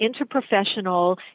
interprofessional